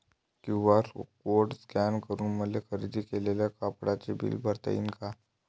QR code scan करून मले खरेदी केलेल्या कापडाचे बिल भरता यीन का?